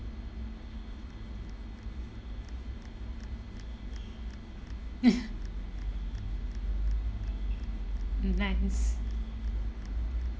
mm nice